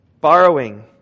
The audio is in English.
borrowing